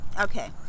Okay